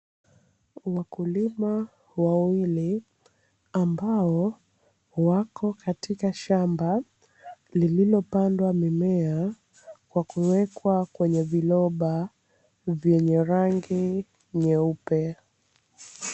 Wakulima wawili ambao wako katika shamba lililopandwa mimea kwa kuwekwa kwenye viroba vyenye rangi nyeupe.